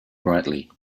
brightly